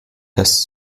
dass